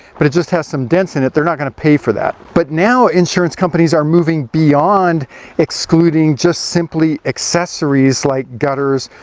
but it just has some dents in it, they're not going to pay for that. but now insurance companies are moving beyond excluding just simply accessories like gutters,